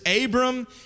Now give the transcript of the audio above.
Abram